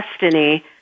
destiny